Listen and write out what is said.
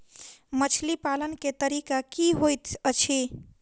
मछली पालन केँ तरीका की होइत अछि?